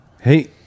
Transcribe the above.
Hey